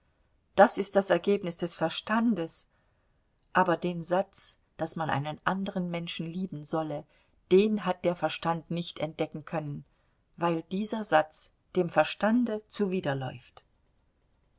das ist das ergebnis des verstandes aber den satz daß man einen anderen menschen lieben solle den hat der verstand nicht entdecken können weil dieser satz dem verstande zuwiderläuft